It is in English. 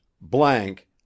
blank